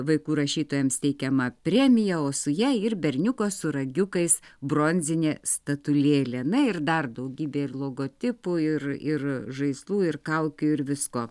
vaikų rašytojams teikiama premija o su ja ir berniuko su ragiukais bronzinė statulėlė na ir dar daugybė ir logotipų ir ir žaislų ir kaukių ir visko